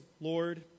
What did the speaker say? Lord